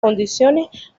condiciones